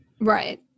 Right